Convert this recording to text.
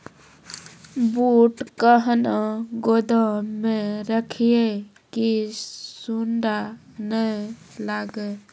बूट कहना गोदाम मे रखिए की सुंडा नए लागे?